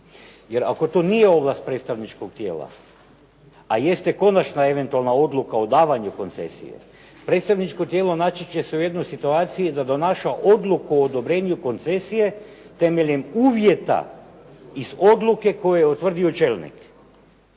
Jer ako to nije ovlast predstavničkog tijela, a jeste konačna eventualna odluka o davanju koncesije, predstavničko tijelo naći će se u jednoj situaciji da donaša odluku o odobrenju koncesije temeljem uvjeta iz odluke koju je utvrdio čelnik